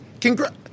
congrats